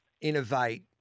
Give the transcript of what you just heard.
innovate